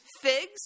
figs